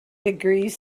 degrees